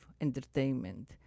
entertainment